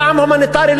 טעם הומניטרי,